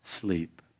sleep